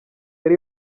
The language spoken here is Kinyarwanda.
ari